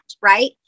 right